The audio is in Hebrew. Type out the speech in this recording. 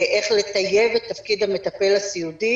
איך לטייב את תפקיד המטפל הסיעודי.